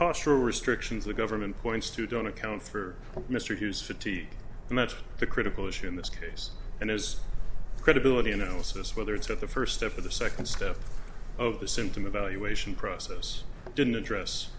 posture restrictions the government points to don't account for mr hughes fatigue and that's the critical issue in this case and as credibility analysis whether it's at the first step of the second step of the symptom a valuation process didn't address